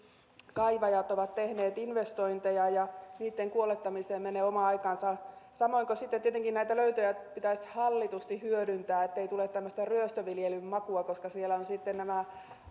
kaivajat ovat kuitenkin tehneet investointeja ja niitten kuolettamiseen menee oma aikansa samoin kuin sitten tietenkin näitä löytöjä pitäisi hallitusti hyödyntää ettei tule tämmöistä ryöstöviljelyn makua koska siellä ovat sitten nämä